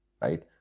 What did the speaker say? right